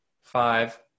five